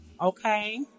okay